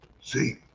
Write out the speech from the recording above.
See